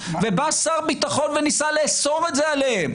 ובא שר ביטחון וניסה לאסור את זה עליהם.